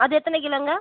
அது எத்தனை கிலோவுங்க